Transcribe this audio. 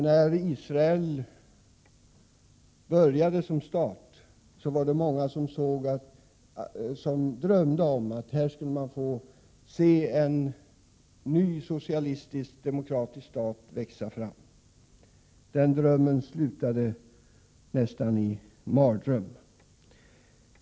När Israel bildades som stat, var det många som drömde om att man där skulle få se en ny socialistisk, demokratisk stat växa fram. Den drömmen slutade nästan i en mardröm.